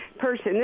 person